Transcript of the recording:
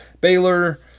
Baylor